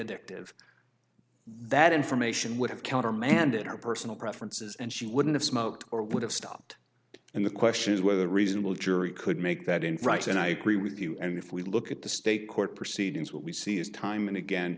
addictive that information would have countermanded her personal preferences and she wouldn't have smoked or would have stopped and the question is whether a reasonable jury could make that infraction i agree with you and if we look at the state court proceedings what we see is time and again